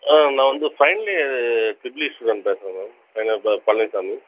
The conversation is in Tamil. ஆ நான் வந்து final year triple E student பேசுகிறேன் மேம் என்னோடய பேர் பழனிச்சாமி